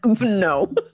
no